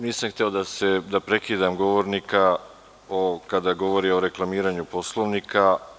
Nisam hteo da prekidam govornika kada je govorio o reklamiranju Poslovnika.